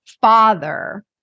father